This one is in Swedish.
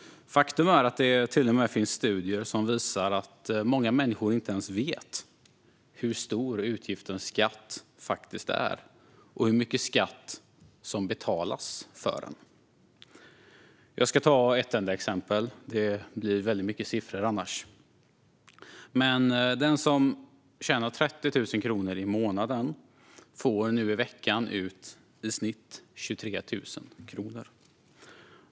Det finns till och med studier som visar att många människor inte vet hur stor utgift en skatt faktiskt är och hur mycket skatt som betalas för dem. Jag ska ta ett enda exempel. Det blir annars väldigt mycket siffror. Den som tjänar 30 000 kronor i månaden får den här veckan ut i snitt 23 000 kronor.